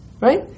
Right